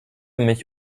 mich